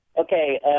Okay